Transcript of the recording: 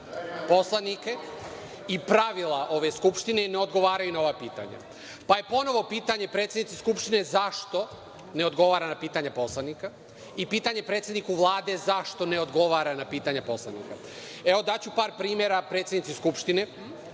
poslanike i pravila ove Skupštine i ne odgovaraju na ova pitanja. Pa je ponovo pitanje predsednici Skupštine – zašto ne odgovara na pitanja poslanika? I, pitanje predsedniku Vlade – zašto ne odgovara na pitanja poslanika? Evo, daću par primera predsednici Skupštine.